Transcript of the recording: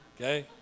Okay